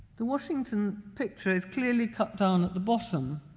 the washington picture is clearly cut down at the bottom,